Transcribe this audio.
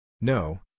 No